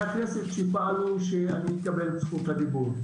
הכנסת שפעלו שאני אקבל את זכות הדיבור.